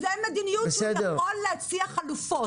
זאת המדיניות, הוא יכול להציע חלופות.